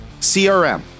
CRM